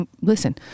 listen